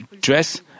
dress